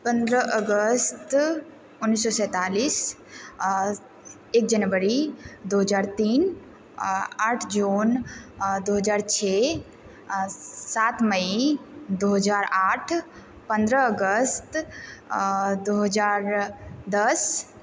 पन्द्रह अगस्त उन्नैस सओ सैंतालिस एक जनवरी दो हजार तीन आठ जून दो हजार छह सात मइ दो हजार आठ पन्द्रह अगस्त दो हजार दस